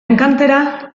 enkantera